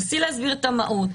נסי להסביר את המהות,